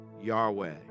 Yahweh